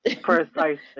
Precisely